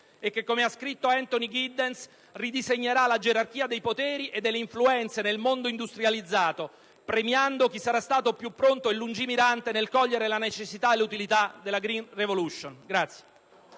e che, come ha scritto Anthony Giddens, ridisegnerà la gerarchia dei poteri e delle influenze nel mondo industrializzato, premiando chi sarà stato più pronto e lungimirante nel cogliere la necessità e l'utilità della *green revolution*.